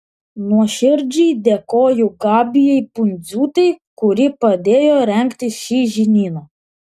nuoširdžiai dėkoju gabijai pundziūtei kuri padėjo rengti šį žinyną